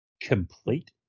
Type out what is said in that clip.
complete